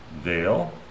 veil